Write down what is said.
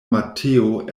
mateo